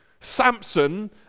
Samson